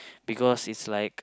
because it's like